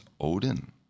Odin